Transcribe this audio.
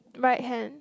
right hand